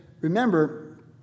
remember